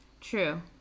True